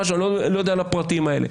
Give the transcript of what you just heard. אני לא יודע את הפרטים שלה.